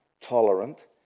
tolerant